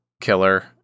killer